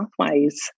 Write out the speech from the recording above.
pathways